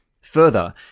Further